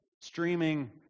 Streaming